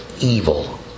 Evil